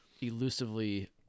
elusively